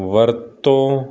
ਵਰਤੋਂ